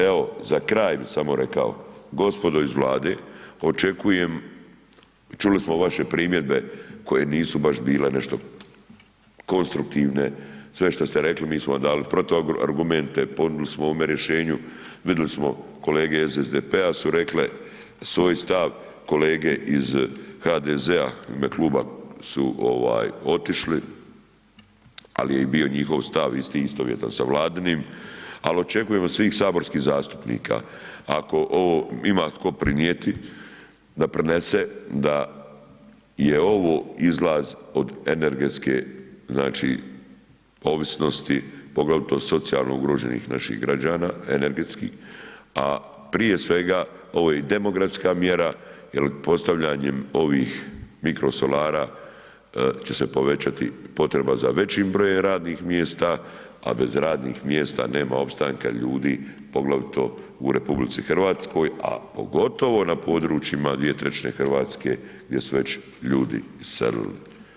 Evo za kraj bi samo rekao gospodo iz Vlade, očekujem, čuli smo vaše primjedbe koje nisu baš bile nešto konstruktivne, sve šta ste rekli, mi smo davali protuargumente, ponudili smo ovome rješenju, vidjeli smo kolege iz SDP-a su rekle svoj stav, kolege iz HDZ-a u ime kluba su otišli ali je bio i njihov stav isti, istovjetan sa Vladinim ali očekujem od svih saborskih zastupnika ako ovo ima tko prinijeti da prenese da je ovo izlaz od energetske ovisnost poglavito socijalno ugroženih naših građana energetski a prije svega ovo je i demografska mjera je postavljanjem ovih mikrosolara će se povećati potreba za većim brojem radnih mjesta a bez radnih mjesta nema opstanka ljudi poglavito u RH a pogotovo na područjima 2/3 Hrvatske gdje su već ljudi iselili.